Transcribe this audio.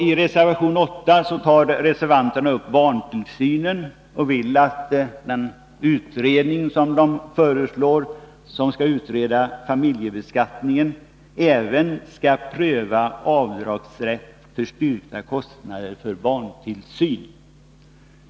I reservation 8 tar reservanterna upp barntillsynen och vill att en utredning som de föreslår om familjebeskattningen även skall pröva avdragsrätt för styrkta kostnader för barntillsyn.